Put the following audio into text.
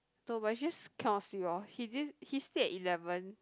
no but just cannot sleep lor he he sleep at eleven